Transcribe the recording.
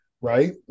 right